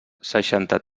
seixanta